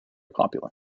popular